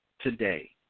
today